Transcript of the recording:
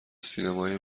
سینمای